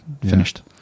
finished